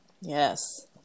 Yes